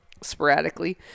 sporadically